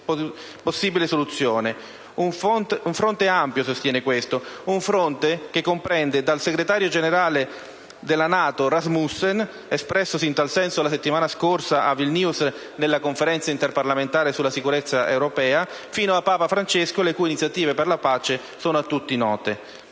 Un fronte ampio sostiene questo, un fronte che comprende dal segretario generale della NATO Rasmussen, espressosi in tal senso la settimana scorsa a Vilnius nella Conferenza interparlamentare sulla sicurezza europea, fino a Papa Francesco, le cui iniziative per la pace sono a tutti note.